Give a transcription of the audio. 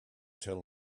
tell